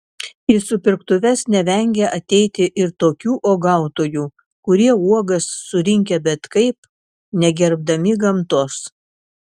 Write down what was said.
į supirktuves nevengia ateiti ir tokių uogautojų kurie uogas surinkę bet kaip negerbdami gamtos